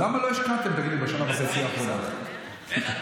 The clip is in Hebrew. למה לא השקעתם בשנה וחצי האחרונות, תגיד לי?